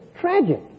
tragic